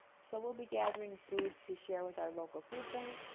so we'll be gathering food to share with our local food bank.